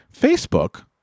Facebook